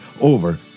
over